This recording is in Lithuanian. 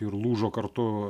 ir lūžo kartu